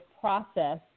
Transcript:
process